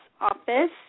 office